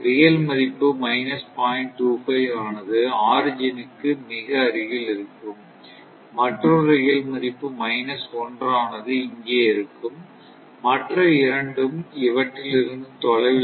25 ஆனது ஆரிஜின் க்கு மிக அருகில் இருக்கும் மற்றொரு ரியல் மதிப்பு 1 ஆனது இங்கே இருக்கும் மற்ற இரண்டும் இவற்றில் இருந்து தொலைவில் இருக்கும்